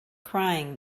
crying